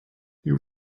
you